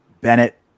Bennett